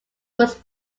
was